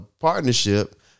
partnership